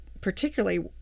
particularly